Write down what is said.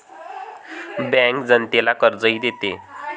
bank जनतेला कर्जही देते